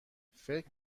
فکر